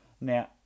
now